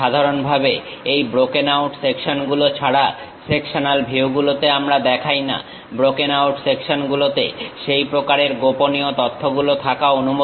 সাধারণভাবে এই broken out section গুলো ছাড়া সেকশনাল ভিউগুলোতে আমরা দেখাই না ব্রোকেন আউট সেকশনগুলোতে সেই প্রকারের গোপনীয় তথ্য গুলো থাকা অনুমোদিত